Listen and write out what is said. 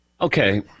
Okay